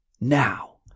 now